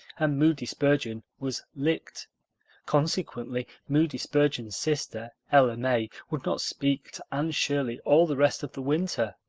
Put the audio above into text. and moody spurgeon was licked consequently moody spurgeon's sister, ella may, would not speak to anne shirley all the rest of the winter.